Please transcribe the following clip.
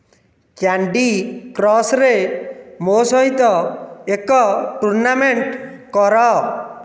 candy କ୍ରସ୍ରେ ମୋ ସହିତ ଏକ ଟୁର୍ଣ୍ଣାମେଣ୍ଟ କର